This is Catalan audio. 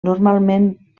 normalment